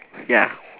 ya